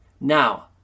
Now